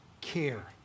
care